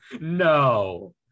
No